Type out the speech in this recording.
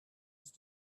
ist